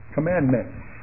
Commandments